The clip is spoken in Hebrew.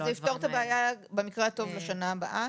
אז הוא יפתור את הבעיה, במקרה הטוב לשנה הבאה.